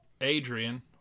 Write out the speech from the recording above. Adrian